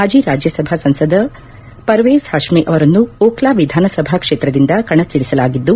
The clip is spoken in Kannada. ಮಾಜಿ ರಾಜ್ಞಸಭಾ ಸಂಸದ ಪವೇಜ ್ ಹತ್ತಿ ಅವರನ್ನು ಓಕ್ಲಾ ವಿಧಾನಸಭಾ ಕ್ಷೇತ್ರದಿಂದ ಕಣಕ್ಕಿಳಿಸಲಾಗಿದ್ದು